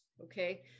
okay